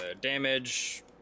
Damage